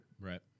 Right